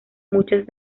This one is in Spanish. muchas